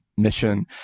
mission